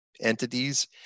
entities